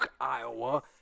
Iowa